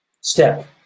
Step